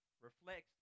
reflects